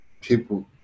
people